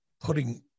putting